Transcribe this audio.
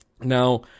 Now